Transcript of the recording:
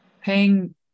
paying